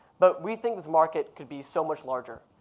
but we think this market could be so much larger.